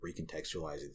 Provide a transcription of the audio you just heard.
recontextualizing